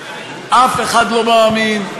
אף אחד לא מאמין,